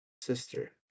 sister